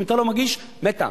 אם אתה לא מגיש, מתה.